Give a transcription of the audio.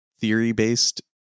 theory-based